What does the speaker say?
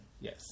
Yes